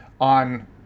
on